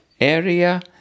area